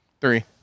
Three